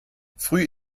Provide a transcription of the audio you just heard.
früh